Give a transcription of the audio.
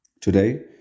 Today